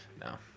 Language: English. No